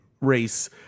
race